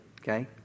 Okay